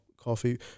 coffee